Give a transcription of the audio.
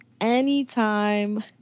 anytime